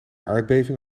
aardbeving